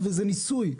זה ניסוי.